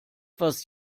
was